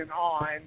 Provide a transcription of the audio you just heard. on